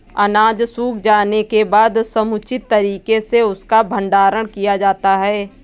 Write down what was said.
अनाज सूख जाने के बाद समुचित तरीके से उसका भंडारण किया जाता है